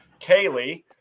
Kaylee